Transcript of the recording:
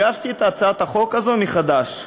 הגשתי את הצעת החוק הזאת מחדש.